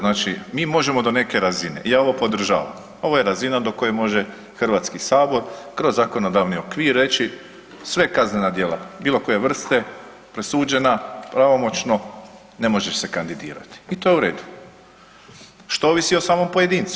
Znači mi možemo do neke razine i ja ovo podržavam, ovo je razina do koje može HS kroz zakonodavni okvir reći sve kaznena djela, bilo koje vrste presuđena pravomoćno ne možeš se kandidirati i to je u redu, što ovisi o samom pojedincu.